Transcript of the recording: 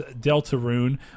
Deltarune